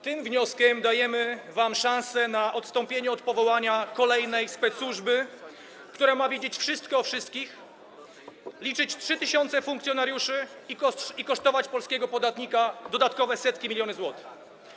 Tym wnioskiem dajemy wam szansę na odstąpienie od powołania kolejnej specsłużby, która ma wiedzieć wszystko o wszystkich, liczyć 3 tys. funkcjonariuszy i kosztować polskiego podatnika dodatkowe setki milionów złotych.